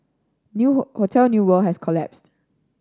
new hotel New World has collapsed